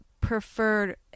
preferred